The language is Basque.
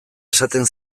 esaten